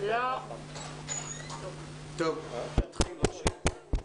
אל תפריעי לי.